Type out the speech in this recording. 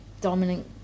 dominant